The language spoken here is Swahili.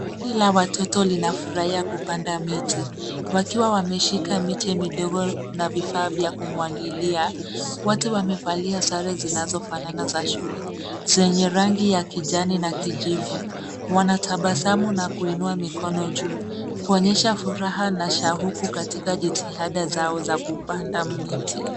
Kundi la watoto linafurahia kupanda miti, wakiwa wameshika miche midogo na vifaa vya kumwagilia. Wote wamevalia sare zinazofanana za shule, zenye rangi ya kijani na kijivu. Wanatabasamu na kuinua mikono juu kuonyesha furaha na shahuku katika jitihada zao za kupanda miti.